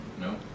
no